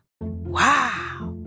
Wow